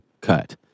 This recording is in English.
cut